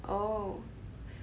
oh